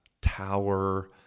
tower